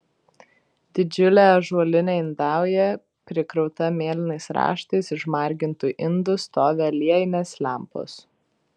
didžiulė ąžuolinė indauja prikrauta mėlynais raštais išmargintų indų stovi aliejinės lempos